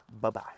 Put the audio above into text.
Bye-bye